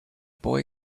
boy